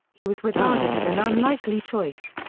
he was regarded as an unlikely choice.